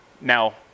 Now